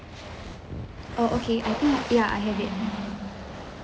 oh okay I think ya I have it